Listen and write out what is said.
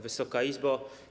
Wysoka Izbo!